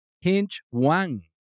Hinch-Wang